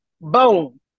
Boom